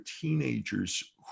teenagers